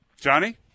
Johnny